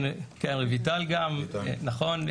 ורויטל גם,